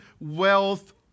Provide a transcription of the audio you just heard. wealth